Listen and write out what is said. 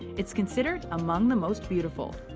it's considered among the most beautiful.